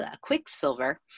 Quicksilver